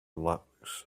lacks